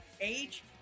age